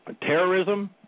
terrorism